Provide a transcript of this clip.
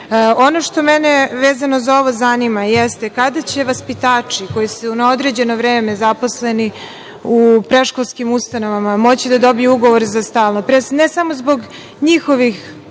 što mene vezano za ovo zanima jeste kada će vaspitači koji su na određeno vreme zaposleni u predškolskim ustanovama moći da dobiju ugovore za stalno, ne samo zbog njihovih